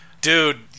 dude